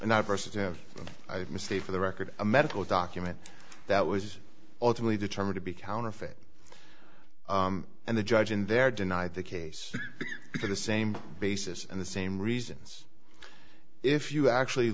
not versus a mistake for the record a medical document that was ultimately determined to be counterfeit and the judge in there denied the case because the same basis and the same reasons if you actually